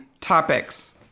topics